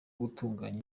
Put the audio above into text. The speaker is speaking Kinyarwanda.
gutunganya